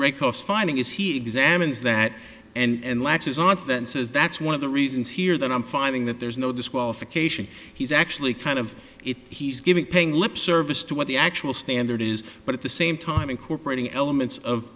cause finding is he examines that and latches on to that says that's one of the reasons here that i'm finding that there's no disqualification he's actually kind of if he's giving paying lip service to what the actual standard is but at the same time incorporating elements of